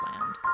land